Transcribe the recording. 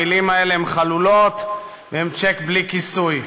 המילים הללו הן חלולות והן צ'ק בלי כיסוי.